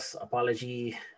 apology